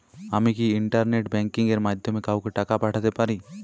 আমি কি internet banking এর মাধ্যমে কাওকে টাকা পাঠাতে পারি?